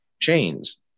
chains